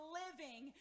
living